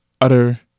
utter